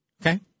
Okay